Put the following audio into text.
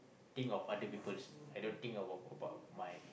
think of other peoples I don't think about about my